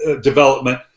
development